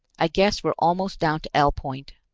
i guess we're almost down to l-point.